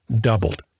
doubled